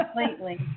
completely